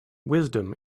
wisdom